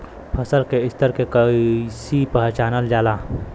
फसल के स्तर के कइसी पहचानल जाला